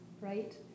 right